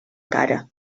cara